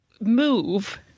move